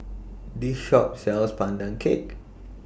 This Shop sells Pandan Cake